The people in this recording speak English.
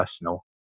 personal